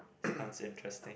sounds interesting